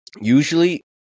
usually